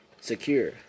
secure